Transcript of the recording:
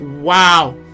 wow